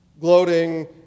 gloating